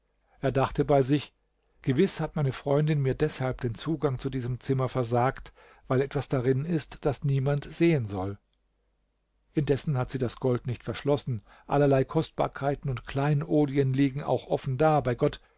er dachte bei sich gewiß hat meine freundin mir deshalb den zugang zu diesem zimmer versagt weil etwas darin ist das niemand sehen soll indessen hat sie das gold nicht verschlossen allerlei kostbarkeiten und kleinodien liegen auch offen da bei gott